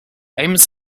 aims